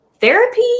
therapy